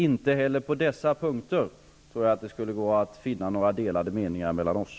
Inte heller på dessa punkter tror jag att det går att finna några delade meningar mellan oss.